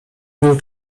more